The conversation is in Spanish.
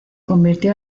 convirtió